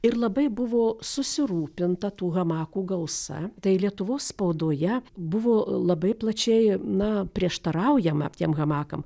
ir labai buvo susirūpinta tų hamakų gausa tai lietuvos spaudoje buvo labai plačiai na prieštaraujama tiem hamakam